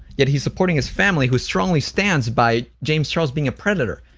yet he's supporting his family who strongly stands by james charles being a pr-dator.